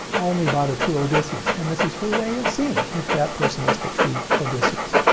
only by the true odysseus, and this is her way of seeing if that person is the true odysseus.